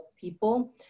people